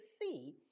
see